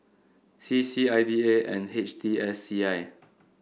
C C I D A and H T I C I